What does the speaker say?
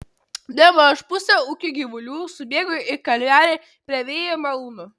bemaž pusė ūkio gyvulių subėgo į kalvelę prie vėjo malūno